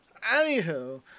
Anywho